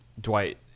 Dwight